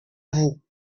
vous